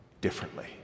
differently